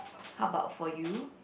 how about for you